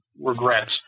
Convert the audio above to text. regrets